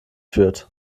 führt